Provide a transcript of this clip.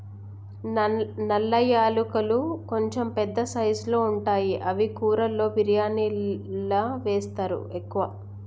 నల్ల యాలకులు కొంచెం పెద్ద సైజుల్లో ఉంటాయి అవి కూరలలో బిర్యానిలా వేస్తరు ఎక్కువ